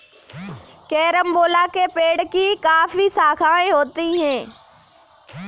carambola के पेड़ की काफी शाखाएं होती है